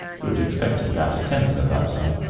who had expected about a tenth of that sum.